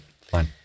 fine